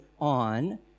on